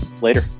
Later